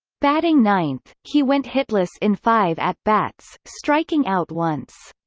batting ninth, he went hitless in five at bats, striking out once.